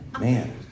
Man